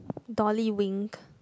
dolly wink